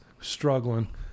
struggling